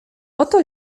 oto